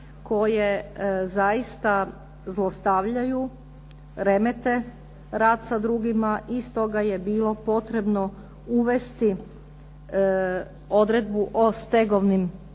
koje zaista zlostavljaju, remete rad sa drugima i stoga je bilo potrebno uvesti odredbu o stegovnim